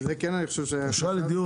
ואני כן חושב שזה --- אשראי לדיור